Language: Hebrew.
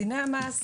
לפקודת מס הכנסה,